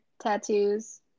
tattoos